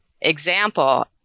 example